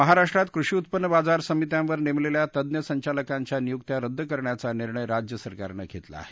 महाराष्ट्रातले कृषी उत्पन्न बाजार समित्यांवर नेमलेल्या तज्ज्ञ संचालकांच्या नियुक्त्या रद्द करण्याचा निर्णय राज्य सरकारनं घेतला आहे